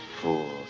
fools